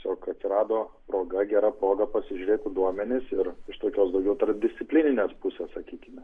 tiosiog atsirado proga gera proga pasižiūrėti duomenis ir iš tokios daugiau tarpdisciplininės pusės sakykime